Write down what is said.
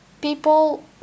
people